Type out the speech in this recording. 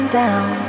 down